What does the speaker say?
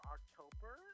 October